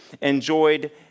enjoyed